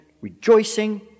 rejoicing